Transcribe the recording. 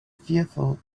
fearful